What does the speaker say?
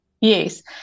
Yes